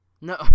No